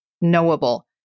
knowable